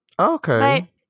Okay